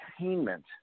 entertainment